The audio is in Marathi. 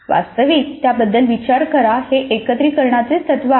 वास्तविक त्याबद्दल विचार करा हे एकत्रीकरणाचेच तत्त्व आहे